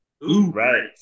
Right